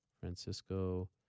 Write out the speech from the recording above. Francisco